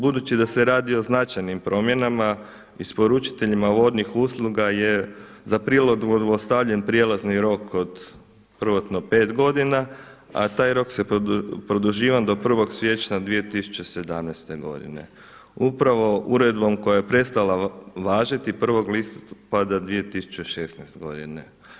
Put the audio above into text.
Budući da se radi o značajnim promjenama isporučiteljima vodnih usluga je za prilagodbu ostavljen prijelazni rok od prvotno pet godina, a taj rok je produživan 1. siječnja 2017. godine, upravo uredbom koja je prestala važiti 1. listopada 2016. godine.